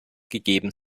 gegeben